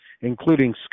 including